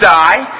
die